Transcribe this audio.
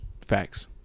Facts